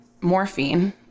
morphine